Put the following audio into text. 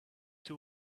two